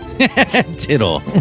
Tittle